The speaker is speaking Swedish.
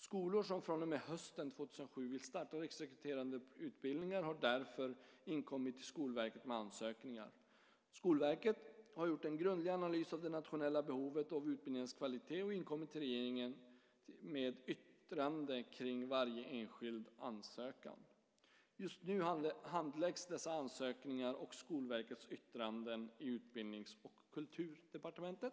Skolor som från och med hösten 2007 vill starta riksrekryterande utbildningar har därför inkommit till Skolverket med ansökningar. Skolverket har gjort en grundlig analys av det nationella behovet och av utbildningarnas kvalitet och inkommit till regeringen med yttrande kring varje enskild ansökan. Just nu handläggs dessa ansökningar och Skolverkets yttranden i Utbildnings och kulturdepartementet.